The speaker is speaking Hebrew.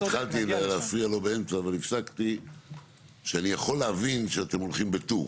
התחלתי להפריע לו באמצע אבל הפסקתי שאני יכול להבין שתאם הולכים בטור.